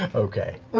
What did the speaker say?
okay.